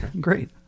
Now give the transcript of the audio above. great